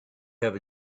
have